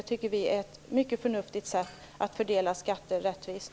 Det tycker vi är ett mycket förnuftigt sätt att fördela skatter rättvist.